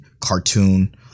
Cartoon